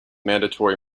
mandatory